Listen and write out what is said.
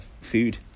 food